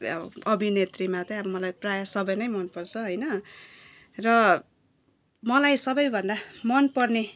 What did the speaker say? अब अभिनेत्रीमा चाहिँ अब मलाई प्रायः सबै नै मनपर्छ होइन र मलाई सबैभन्दा मनपर्ने